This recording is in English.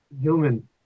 human